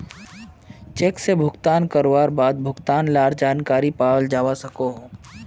cheque से भुगतान करवार बाद भुगतान लार जानकारी पाल जावा सकोहो